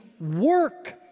work